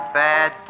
bad